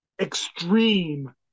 extreme